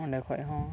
ᱚᱸᱰᱮ ᱠᱷᱚᱱ ᱦᱚᱸ